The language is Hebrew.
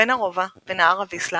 בין הרובע ונהר הוויסלה